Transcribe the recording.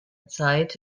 zeit